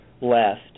left